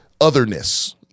otherness